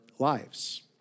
Lives